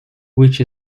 which